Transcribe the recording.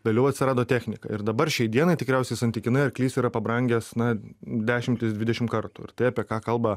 vėliau atsirado technika ir dabar šiai dienai tikriausiai santykinai arklys yra pabrangęs na dešimtis dvidešim kartų ir tai apie ką kalba